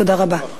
תודה רבה.